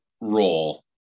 role